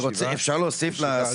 אפשר להוסיף על הסיכום?